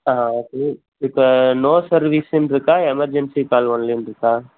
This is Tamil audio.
ஆ ஓகே இப்போ நோ சர்வீஸ்ன்னு இருக்கா எமர்ஜென்சி கால் ஒன்லீன்னு இருக்கா